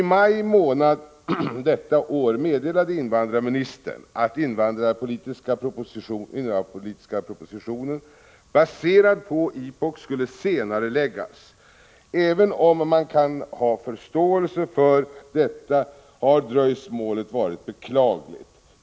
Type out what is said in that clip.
I maj månad detta år meddelade invandrarministern att den invandrarpolitiska propositionen, baserad på IPOK, skulle senareläggas. Även om man kan ha förståelse för detta, har dröjsmålet varit beklagligt.